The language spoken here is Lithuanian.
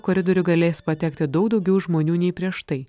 koridorių galės patekti daug daugiau žmonių nei prieš tai